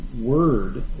word